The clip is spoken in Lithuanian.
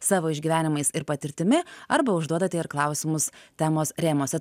savo išgyvenimais ir patirtimi arba užduodate ir klausimus temos rėmuose